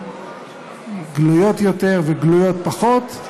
גלויות יותר וגלויות פחות,